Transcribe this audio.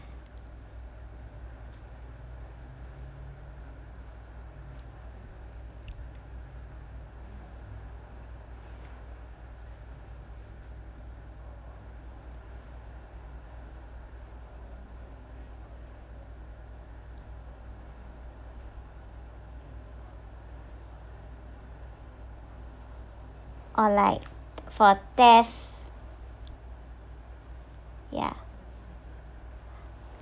or like for theft ya